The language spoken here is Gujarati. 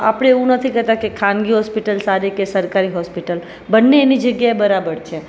આપણે એવું નથી કેહતા કે ખાનગી હોસ્પિટલ સારી કે સરકારી હોસ્પિટલ બને એની જગ્યાએ બરાબર છે